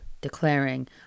declaring